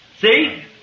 See